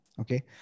Okay